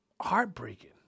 heartbreaking